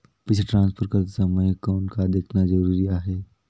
पइसा ट्रांसफर करत समय कौन का देखना ज़रूरी आहे?